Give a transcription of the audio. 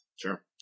Sure